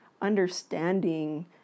understanding